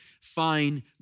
fine